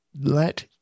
Let